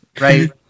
right